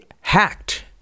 hacked